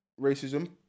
racism